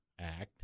Act